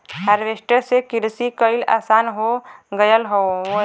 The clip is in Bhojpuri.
हारवेस्टर से किरसी कईल आसान हो गयल हौवे